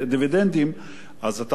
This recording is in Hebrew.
אז אתה על זה צריך לשלם את המס.